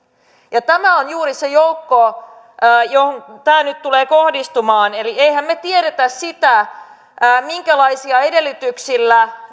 ja tämä on juuri se joukko johon tämä nyt tulee kohdistumaan eli emmehän me tiedä sitä minkälaisia edellytyksiä